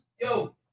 Yo